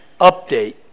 update